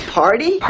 party